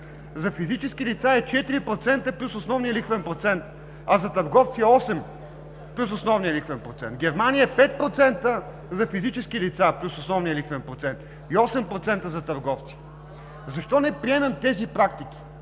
За физически лица е 4% плюс основния лихвен процент, а за търговци – 8%, плюс основния лихвен процент. В Германия е 5% за физически лица плюс основния лихвен процент и 8% за търговците. Защо не приемем тези практики